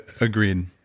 Agreed